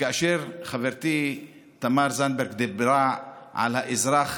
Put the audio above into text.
וכאשר חברתי תמר זנדברג דיברה על האזרח